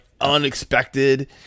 unexpected